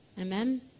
Amen